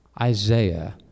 Isaiah